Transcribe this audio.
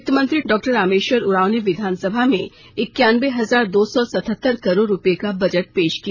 वित मंत्री डॉ रामेश्वर उरांव ने विधानसभा में इक्यानबे हजार दो सौ सत्तहतर करोड़ रूपये का बजट पेश किया